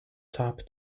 top